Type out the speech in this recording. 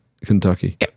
Kentucky